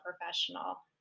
professional